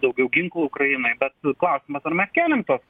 daugiau ginklų ukrainai bet klausimas ar mes kėlėm tuos